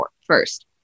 first